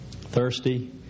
thirsty